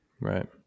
Right